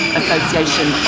association